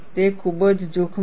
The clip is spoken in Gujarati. તે ખૂબ જ જોખમી છે